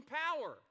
power